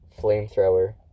flamethrower